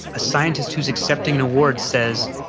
a scientist who's accepting an award says